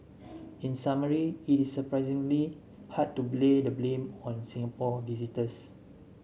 in summary it is surprisingly hard to lay the blame on Singapore visitors